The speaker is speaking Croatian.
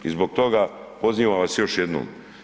I zbog toga pozivam vas još jednom.